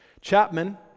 Chapman